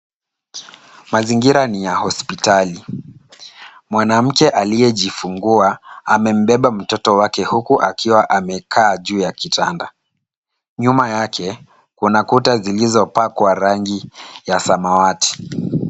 Mazingira ni ya hospitali. Mwanamke aliyejifungua amembeba mtoto wake, huku akiwa amekaa juu ya kitanda. Nyuma yake kuna kuta zilizopakwa rangi ya samawati.